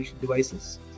devices